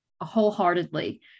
wholeheartedly